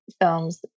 films